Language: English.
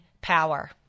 power